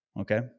okay